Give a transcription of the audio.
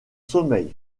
sommeil